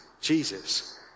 Jesus